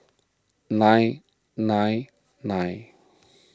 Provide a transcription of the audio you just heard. nine nine nine